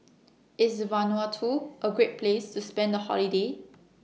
IS Vanuatu A Great Place to spend The Holiday